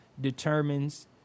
determines